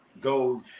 goes